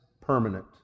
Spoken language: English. permanent